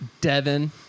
Devin